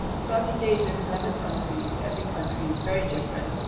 south east asia has eleven countries. every country is very different,